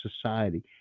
society